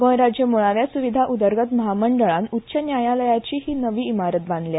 गोय राज्य मुळाव्या स्विधा उदरगत म्हामंडळान उच्च न्यायालयाची ही नवी इमारत बादल्या